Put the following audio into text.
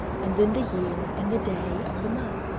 and then the year, and the day of the month.